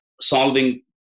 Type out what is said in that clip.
solving